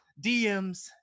DMs